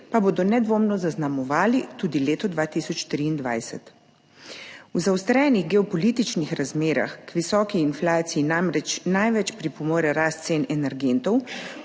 pa bodo nedvomno zaznamovali tudi leto 2023. V zaostrenih geopolitičnih razmerah k visoki inflaciji namreč največ pripomore rast cen energentov,